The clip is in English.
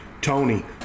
Tony